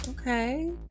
Okay